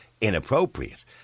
inappropriate